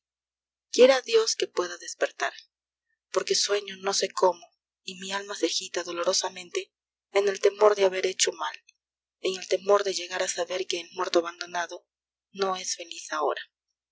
quiera dios que pueda despertar porque sueño no sé cómo y mi alma se agita dolorosamente en el temor de haber hecho mal en el temor de llegar a saber que el muerto abandonado no es feliz ahora